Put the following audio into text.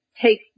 take